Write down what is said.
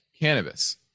cannabis